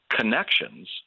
connections